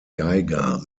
geiger